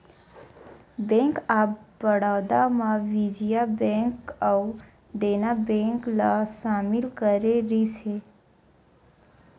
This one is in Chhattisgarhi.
बेंक ऑफ बड़ौदा म विजया बेंक अउ देना बेंक ल सामिल करे गिस हे